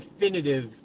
definitive